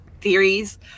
theories